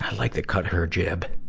like the cut her jib.